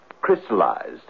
crystallized